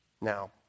Now